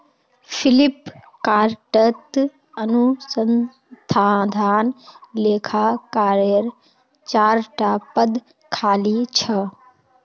फ्लिपकार्टत अनुसंधान लेखाकारेर चार टा पद खाली छ